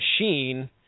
machine